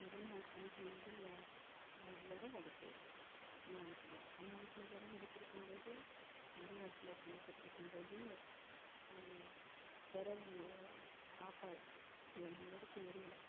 முதல் நாள் சமைக்கும்போது விறகு அடுப்பு அம்மா வீட்டில் அம்மா வீட்டில் விறகு அடுப்பு இருக்கும்போது விறகு அடுப்பில் சமைச்சிட்டுருக்கும்போது வெறகு ஆஃப் ஆகிடுச்சு எந் நெருப்பு எரியல